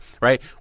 right